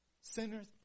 sinners